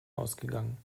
ausgegangen